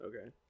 okay